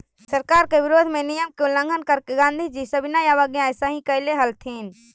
सरकार के विरोध में नियम के उल्लंघन करके गांधीजी सविनय अवज्ञा अइसही कैले हलथिन